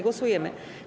Głosujemy.